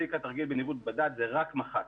תיק התרגיל בניווט בדד, זה רק מח"ט.